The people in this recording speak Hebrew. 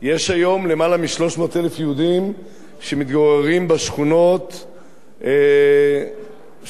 יש היום יותר מ-300,000 יהודים שמתגוררים בשכונות שנכבשו,